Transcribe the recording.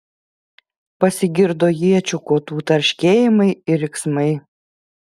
pasigirdo iečių kotų tarškėjimai ir riksmai